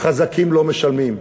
החזקים לא משלמים.